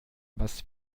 was